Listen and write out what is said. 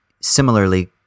similarly